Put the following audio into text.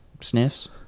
sniffs